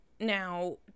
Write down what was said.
now